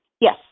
Yes